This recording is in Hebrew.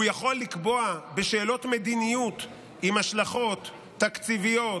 והוא יכול לקבוע בשאלות מדיניוּת עם השלכות תקציביות,